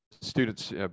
students